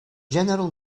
general